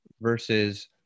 versus